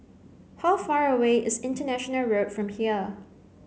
how far away is International Road from here